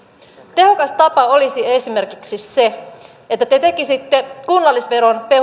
tehokas tapa olisi esimerkiksi se että te tekisitte kunnallisveron